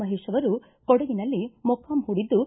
ಮಹೇತ್ ಅವರು ಕೊಡಗಿನಲ್ಲಿ ಮೊಕ್ಕಾಮ್ ಹೂಡಿದ್ದು